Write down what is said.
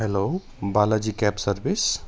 hello Balaji cab service